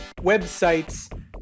websites